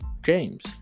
James